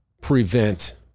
prevent